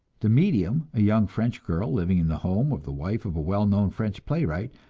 the medium, a young french girl living in the home of the wife of a well-known french playwright,